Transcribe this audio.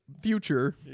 future